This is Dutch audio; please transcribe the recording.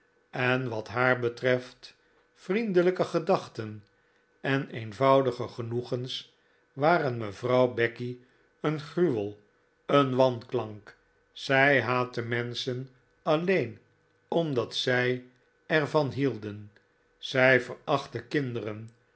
en wat haar betreft vriendelijke gedachten en eenvoudige genoegens waren mevrouw becky een gruwel een wanklank zij haatte menschen alleen omdat zij er van hidden zij verachtte kinderen